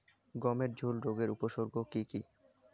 গমের ঝুল রোগের উপসর্গগুলি কী কী?